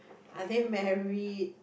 are they married